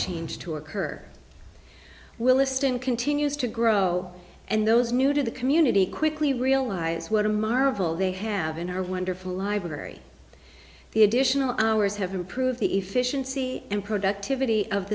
change to occur williston continues to grow and those new to the community quickly realize what a marvel they have in our wonderful library the additional hours have improve the efficiency and productivity of